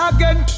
Again